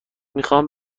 میخام